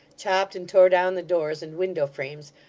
chopped and tore down the doors and window frames,